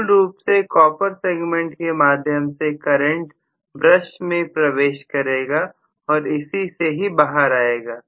मूल रूप से कॉपर सेगमेंट के माध्यम से करंट ब्रश में प्रवेश करेगा और इसी से ही बाहर आएगा